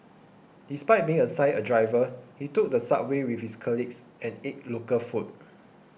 despite being assigned a driver he took the subway with his colleagues and ate local food